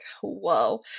whoa